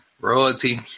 Royalty